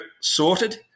sorted